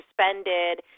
suspended